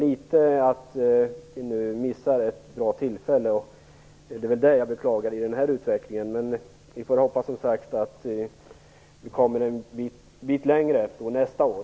Vi missar nu ett bra tillfälle, och det beklagar jag. Men vi får, som sagt, hoppas att vi kommer en bit längre nästa år.